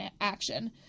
action